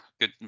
good